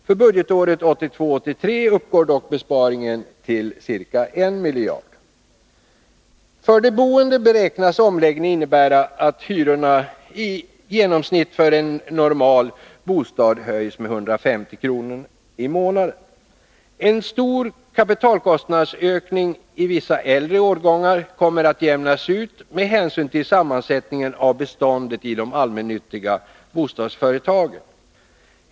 För budgetåret 1982/83 uppgår dock besparingen till ca 1 miljard kronor. För de boende beräknas omläggningen innebära att hyrorna i genomsnitt för en normal bostad höjs med 150 kr. i månaden. En stor kapitalkostnadsökning i vissa äldre årgångar kommer att jämnas ut med hänsyn till sammansättningen av beståndet i de allmännyttiga bostadsföretagen.